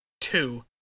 two